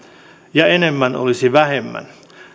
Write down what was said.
ja enemmän olisi vähemmän